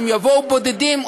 אם יבואו בודדים,